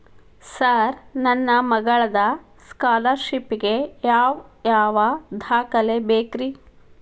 Sir ನನ್ನ ಮಗ್ಳದ scholarship ಗೇ ಯಾವ್ ಯಾವ ದಾಖಲೆ ಬೇಕ್ರಿ?